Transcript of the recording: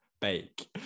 bake